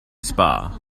spa